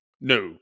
No